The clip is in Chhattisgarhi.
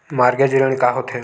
मॉर्गेज ऋण का होथे?